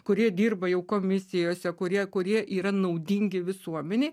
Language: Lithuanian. kurie dirba jau komisijose kurie kurie yra naudingi visuomenei